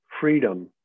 freedom